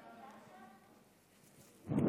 נסיים בתקווה להתגשמות חזון אחרית הימים בנבואת ישעיה: "והיה